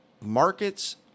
markets